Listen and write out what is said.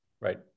Right